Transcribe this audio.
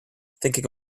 thinking